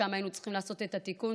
שם היינו צריכים לעשות את התיקון,